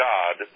God